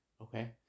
okay